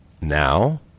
Now